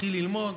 מתחיל ללמוד,